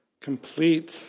complete